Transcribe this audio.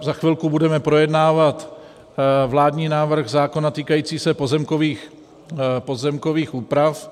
Za chvilku budeme projednávat vládní návrh zákona týkající se pozemkových úprav.